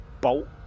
bolt